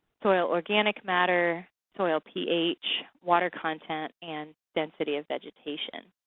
soil organic matter, soil ph, water content and density of vegetation.